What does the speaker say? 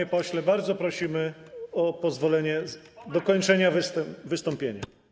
Panie pośle, bardzo prosimy o pozwolenie dokończenia wystąpienia.